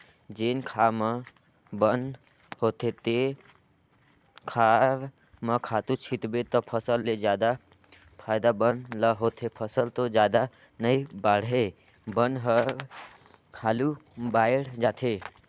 जेन खार म बन होथे तेन खार म खातू छितबे त फसल ले जादा फायदा बन ल होथे, फसल तो जादा नइ बाड़हे बन हर हालु बायड़ जाथे